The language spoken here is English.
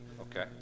Okay